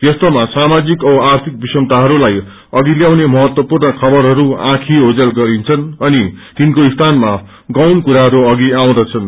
यस्तोमा सामाजिक जौ आर्थिक विषमताहरूलाई अघि ल्याउने महत्त्वपुर्ण खबरहरू जौँखी ओप्नेल गरिन्छन् अनि तिनको स्थानमा गीण कुराहरू अघि आउँदछन्